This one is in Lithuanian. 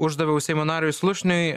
uždaviau seimo nariui slušniui